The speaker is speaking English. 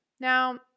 Now